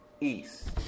East